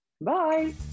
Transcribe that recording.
Bye